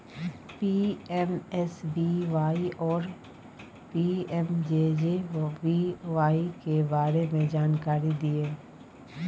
PMSBY आरो PMJJBY के बारे मे जानकारी दिय?